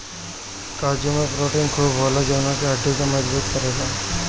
काजू में प्रोटीन खूब होला जवन की हड्डी के मजबूत करेला